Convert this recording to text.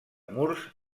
murs